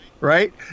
right